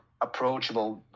approachable